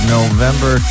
November